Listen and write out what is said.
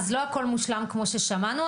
אז לא הכול מושלם כמו ששמענו,